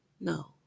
No